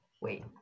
Wait